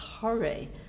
hurry